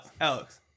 Alex